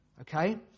Okay